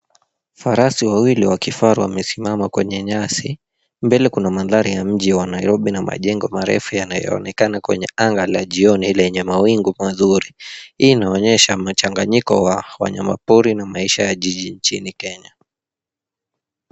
Farasi wawili wa kifaru wamesimama kwenye nyasi. Mbele kuna mandhari ya mji wa Nairobi na majengo marefu yanaonekana kwenye anga la jioni lenye mawingu mazuri. Hii inaonyesha machanganyiko wa wanyama pori na maisha ya jiji nchini Kenya.